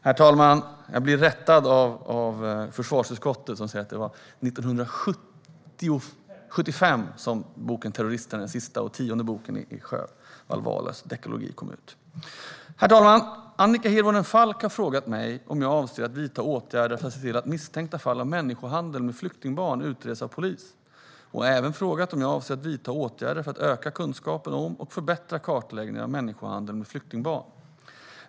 Herr talman! Jag blev rättad av försvarsutskottet, som säger att det var 1975 som boken Terroristerna , den tionde och sista boken i Sjöwall Wahlöös dekalogi, kom ut. Herr talman! Annika Hirvonen Falk har frågat mig om jag avser att vidta åtgärder för att se till att misstänkta fall av människohandel med flyktingbarn utreds av polis. Hon har även frågat om jag avser att vidta åtgärder för att öka kunskapen om och förbättra kartläggningen av människohandel med flyktingbarn.